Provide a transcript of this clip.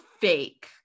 fake